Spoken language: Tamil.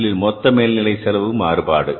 முதலில் மொத்த மேல்நிலை செலவு மாறுபாடு